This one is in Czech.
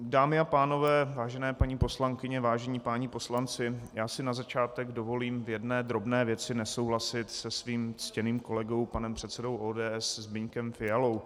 Dámy a pánové, vážené paní poslankyně, vážení páni poslanci, já si na začátek dovolím v jedné drobné věci nesouhlasit se svým ctěným kolegou panem předsedou ODS Zbyňkem Fialou.